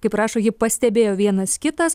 kaip rašo ji pastebėjo vienas kitas